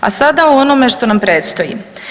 A sada o onome što nam predstoji.